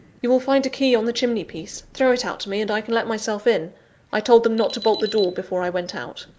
you will find a key on the chimney-piece throw it out to me, and i can let myself in i told them not to bolt the door before i went out.